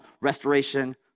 Restoration